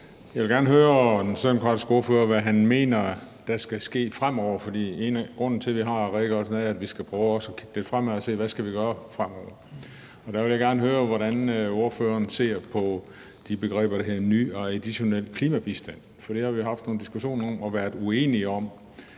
ordfører om, hvad han mener der skal ske fremover, for grunden til, at vi har redegørelsen, er, at vi også skal prøve at kigge lidt fremad og se, hvad vi skal gøre fremover. Og der vil jeg gerne høre, hvordan ordføreren ser på det begreb, der hedder ny og additionel klimabistand. For det har vi haft nogle diskussioner om og været uenige om.